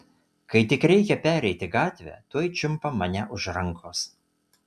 kai tik reikia pereiti gatvę tuoj čiumpa mane už rankos